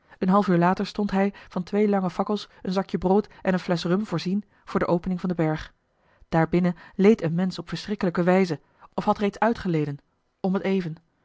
een half uur later stond hij van twee lange fakkels een zakje brood en eene flesch rum voorzien voor de opening van den berg daar binnen leed een mensch op verschrikkelijke wijze of had reeds uitgeleden om het even